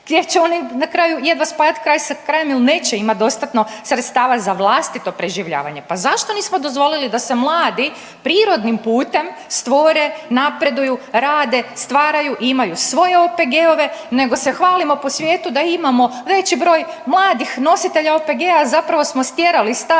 gdje će oni na kraju jedva spajat kraj sa krajem jel neće imati dostatno sredstava za vlastito preživljavanje, pa zašto nismo dozvolili da se mladi prirodnim putem stvore, napreduju, rade, stvaraju i imaju svoje OPG-ove nego se hvalimo po svijetu da imamo veći broj mladih nositelja OPG-a, a zapravo smo stjerali stare u